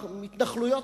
התנחלויות,